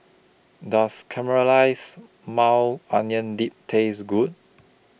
Does Caramelized Maui Onion Dip Taste Good